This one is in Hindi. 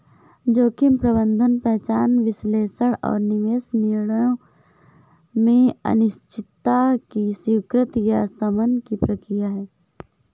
जोखिम प्रबंधन पहचान विश्लेषण और निवेश निर्णयों में अनिश्चितता की स्वीकृति या शमन की प्रक्रिया है